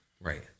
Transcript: Right